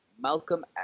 Malcolm